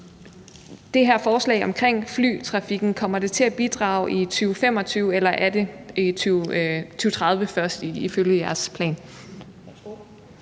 det her forslag om flytrafikken til at bidrage i 2025, eller er det først i 2030 ifølge jeres plan?